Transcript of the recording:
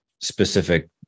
specific